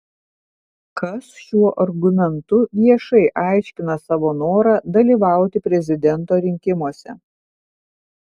kas šiuo argumentu viešai aiškina savo norą dalyvauti prezidento rinkimuose